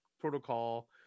protocol